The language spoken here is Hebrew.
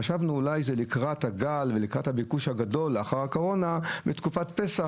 חשבנו שאולי זה לקראת הגל ולקראת הביקוש הגדול לאחר הקורונה ותקופת פסח,